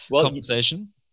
Conversation